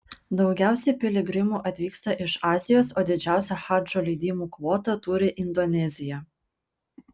daugiausiai piligrimų atvyksta iš azijos o didžiausia hadžo leidimų kvotą turi indonezija